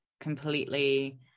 completely